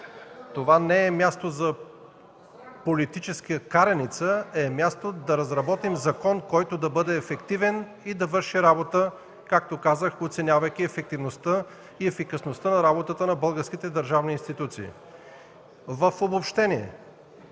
Това не е място за политическа караница, а е място, на което да разработим закон, който да бъде ефективен и да върши работа, както казах, оценявайки ефективността и ефикасността от работата на българските държавни институции. В обобщение.